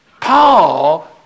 Paul